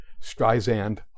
Streisand